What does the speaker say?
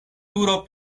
turo